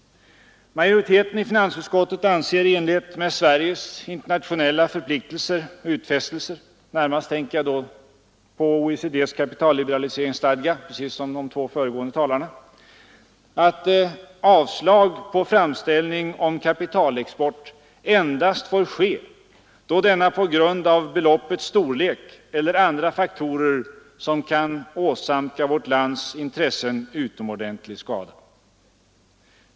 Majoriteten i finansutskottet anser i enlighet med Sveriges internationella utfästelser — närmast tänker jag på OECD:s kapitalliberaliseringsstadga precis som de två föregående talarna — att avslag på framställning om kapitalexport endast får ske då denna på grund av beloppets storlek eller andra faktorer kan åsamka vårt lands intressen utomordentlig skada.